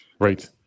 Right